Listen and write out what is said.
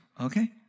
okay